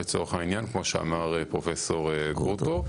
כמו שאמר פרופ' גרוטו,